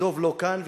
ודב לא כאן,